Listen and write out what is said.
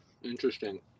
Interesting